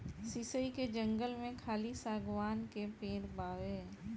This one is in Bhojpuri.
शीशइ के जंगल में खाली शागवान के पेड़ बावे